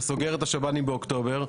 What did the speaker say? אתה סוגר את השב"נים באוקטובר,